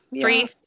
Three